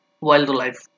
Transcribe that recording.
wildlife